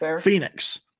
Phoenix